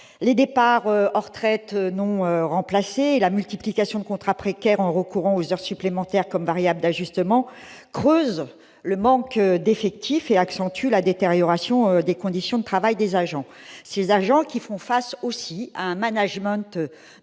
Les départs en retraite non remplacés et la multiplication des contrats précaires, avec recours aux heures supplémentaires comme variable d'ajustement, creusent le manque d'effectifs et accentuent la détérioration des conditions de travail. Les agents font aussi face à un management